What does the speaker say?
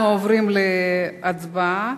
עוברים להצבעה,